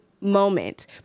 moment